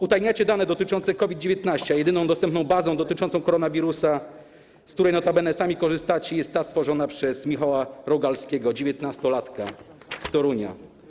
Utajniacie dane dotyczące COVID-19, a jedyną dostępną bazą dotyczącą koronawirusa, z której notabene sami korzystacie, jest ta stworzona przez Michała Rogalskiego, 19-latka z Torunia.